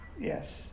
Yes